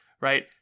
right